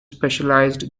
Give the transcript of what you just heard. specialised